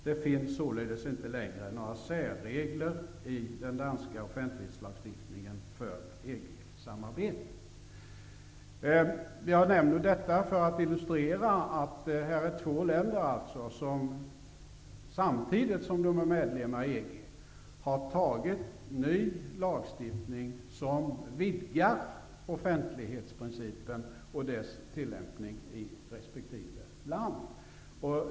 Det finns således inte längre några särregler i den danska offentlighetslagstiftningen för EG-samarbetet. Detta nämner jag för att illustrera att det här finns två länder vilka, samtidigt som de är medlemmar i EG, har antagit ny lagstiftning som vidgar offentlighetsprincipen och dess tillämpning i resp. land.